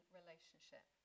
relationship